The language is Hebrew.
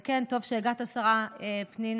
וכן, טוב שהגעת השרה פנינה,